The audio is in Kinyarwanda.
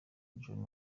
john